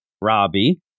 Robbie